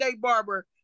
Barber